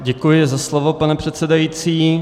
Děkuji za slovo, pane předsedající.